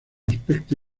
aspecto